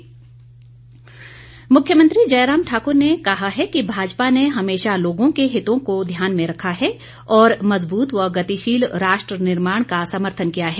मुख्यमंत्री मुख्यमंत्री जयराम ठाकुर ने कहा है कि भाजपा ने हमेशा लोगों के हितों को ध्यान में रखा है और मजबूत व गतिशील राष्ट्र निर्माण का समर्थन किया है